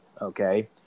okay